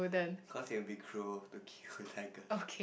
cause it will be cruel to kill the tigers